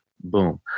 Boom